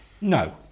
No